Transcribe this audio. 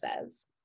says